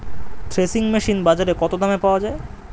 Threshing machine বাজারে কত দামে পাওয়া যায়?